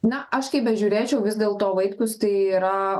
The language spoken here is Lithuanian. na aš kaip bežiūrėčiau vis dėlto vaitkus tai yra